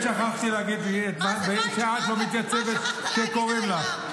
באמת שכחתי להגיד שאת לא מתייצבת כשקוראים לך.